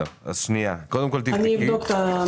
קודם כל תבדקי.